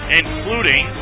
including